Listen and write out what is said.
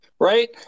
Right